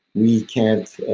we can't